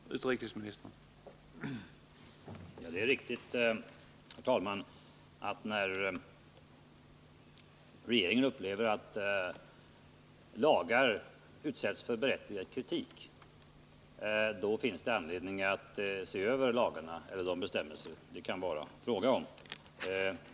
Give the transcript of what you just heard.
Herr talman! Det är riktigt att när regeringen upplever att lagar utsätts för berättigad kritik finns det anledning att se över de lagar eller bestämmelser som det är fråga om.